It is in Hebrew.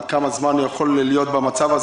עד כמה זמן הוא יכול להיות במצב הזה,